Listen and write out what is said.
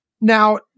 now